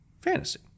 fantasy